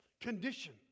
condition